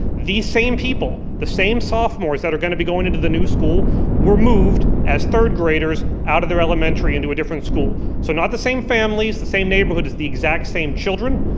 same people, the same sophomores that are gonna be going into the new school were moved as third graders out of their elementary into a different school. so not the same families, the same neighborhood, it's the exact same children.